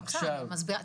לא, בסדר, אני מסבירה.